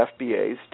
FBAs